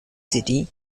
city